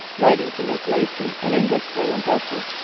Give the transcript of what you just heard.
writing to miss lacey, an english girl in brussels,